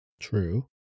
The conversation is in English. True